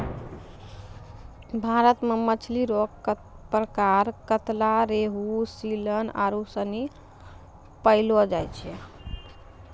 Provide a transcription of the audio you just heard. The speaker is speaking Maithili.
भारत मे मछली रो प्रकार कतला, रेहू, सीलन आरु सनी पैयलो जाय छै